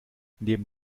neben